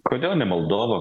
kodėl ne moldova